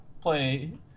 play